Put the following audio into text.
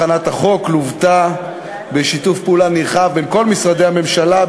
הכנת החוק לוותה בשיתוף פעולה נרחב בין כל משרדי הממשלה,